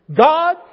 God